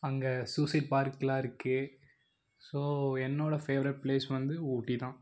அங்கே சூசைட் பார்க்லாம் இருக்குது ஸோ என்னோடய ஃபேவரெட் பிளேஸ் வந்து ஊட்டி தான்